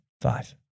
five